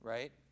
Right